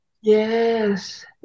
Yes